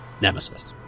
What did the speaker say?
Nemesis